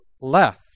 left